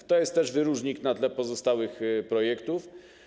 To też jest wyróżnik na tle pozostałych projektów.